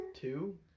Two